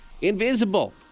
invisible